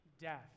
death